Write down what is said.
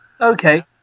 Okay